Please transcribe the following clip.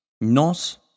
Nos